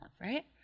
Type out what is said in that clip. right